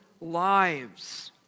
lives